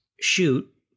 shoot